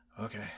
Okay